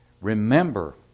Remember